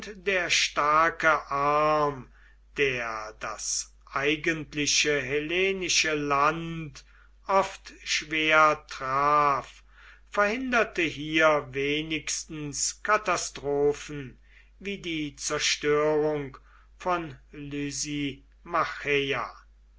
der starke arm der das eigentliche hellenische land oft schwer traf verhinderte hier wenigstens katastrophen wie die zerstörung von